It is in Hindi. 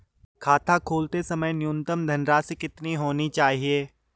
खाता खोलते समय न्यूनतम धनराशि कितनी होनी चाहिए?